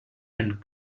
and